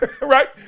right